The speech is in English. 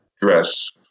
dress